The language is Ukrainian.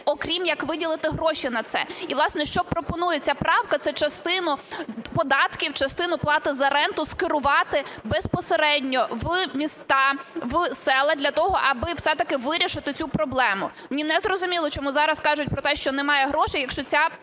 окрім як виділити гроші на це. І, власне, що пропонує ця правка, це частину податків, частину плати за ренту скерувати безпосередньо в міста, в села для того, аби все-таки вирішити цю проблему. Мені незрозуміло, чому зараз кажуть про те, що немає грошей, якщо ця